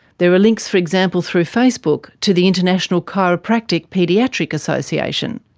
there are links, for example, through facebook to the international chiropractic paediatric association.